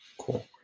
Cool